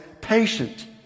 patient